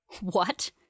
What